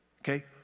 okay